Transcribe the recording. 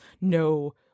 no